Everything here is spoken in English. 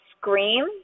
scream